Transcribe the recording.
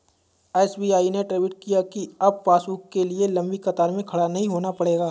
SBI ने tweet किया कि अब पासबुक के लिए लंबी कतार में खड़ा नहीं होना पड़ेगा